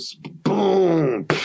boom